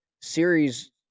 series